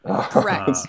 Correct